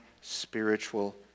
spiritual